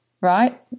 right